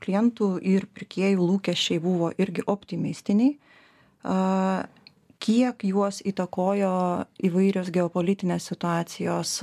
klientų ir pirkėjų lūkesčiai buvo irgi optimistiniai a kiek juos įtakojo įvairios geopolitinės situacijos